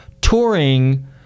touring